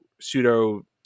pseudo